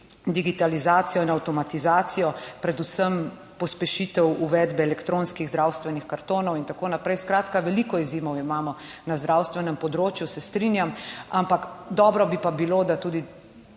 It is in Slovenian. digitalizacijo in avtomatizacijo, predvsem pospešitev uvedbe elektronskih zdravstvenih kartonov in tako naprej. Skratka, veliko izzivov imamo na zdravstvenem področju, se strinjam, dobro bi pa bilo, da tudi